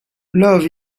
love